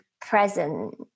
present